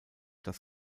das